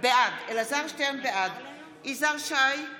בעד יזהר שי,